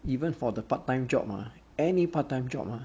even for the part time job ah any part time job ah